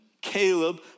Caleb